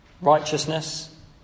righteousness